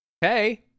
hey